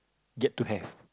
get to have